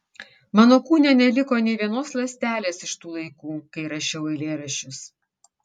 mano kūne neliko nė vienos ląstelės iš tų laikų kai rašiau eilėraščius